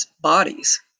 bodies